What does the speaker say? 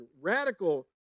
Radical